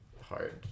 hard